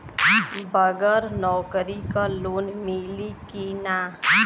बगर नौकरी क लोन मिली कि ना?